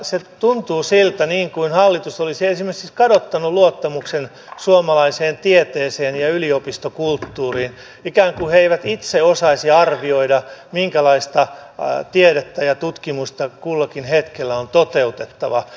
se tuntuu siltä niin kuin hallitus olisi esimerkiksi siis kadottanut luottamuksen suomalaiseen tieteeseen ja yliopistokulttuuriin ikään kuin ne eivät itse osaisi arvioida minkälaista tiedettä ja tutkimusta kullakin hetkellä on toteutettava